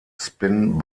spin